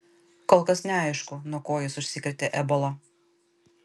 kol kas neaišku nuo ko jis užsikrėtė ebola